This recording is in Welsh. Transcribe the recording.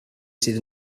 sydd